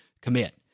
commit